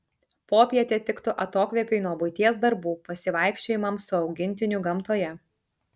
popietė tiktų atokvėpiui nuo buities darbų pasivaikščiojimams su augintiniu gamtoje